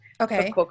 Okay